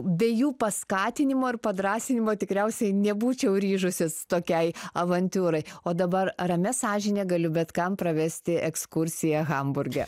be jų paskatinimo ir padrąsinimo tikriausiai nebūčiau ryžusis tokiai avantiūrai o dabar ramia sąžine galiu bet kam pravesti ekskursiją hamburge